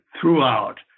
throughout